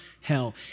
hell